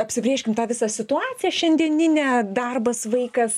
apsibrėžkim tą visą situaciją šiandieninę darbas vaikas